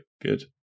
good